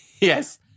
Yes